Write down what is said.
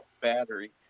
battery